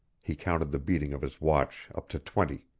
he counted the beating of his watch up to twenty.